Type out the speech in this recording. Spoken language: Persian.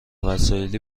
وسایلی